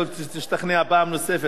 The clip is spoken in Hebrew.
יכול להיות שתשתכנע פעם נוספת,